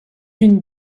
unes